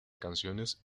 canciones